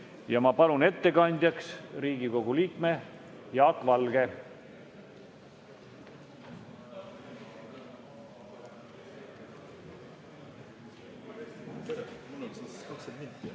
Ma palun ettekandjaks Riigikogu liikme Jaak Valge.